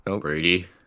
Brady